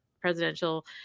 presidential